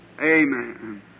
Amen